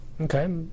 Okay